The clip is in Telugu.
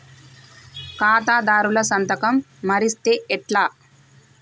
ఖాతాదారుల సంతకం మరిస్తే ఎట్లా?